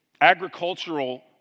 agricultural